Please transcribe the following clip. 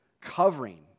covering